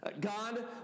God